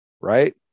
right